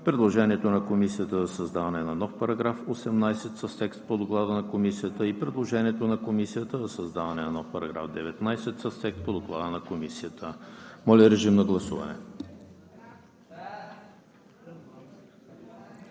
предложението на Комисията за създаване на нов § 18 с текст по Доклада на Комисията и предложението на Комисията за създаване на нов § 19 с текст по Доклада на Комисията. Гласували